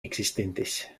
existentes